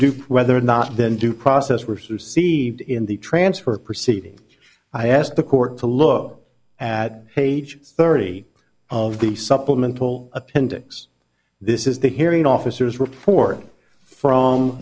group whether or not then due process were to see in the transfer proceedings i asked the court to look at page thirty of the supplemental appendix this is the hearing officers report from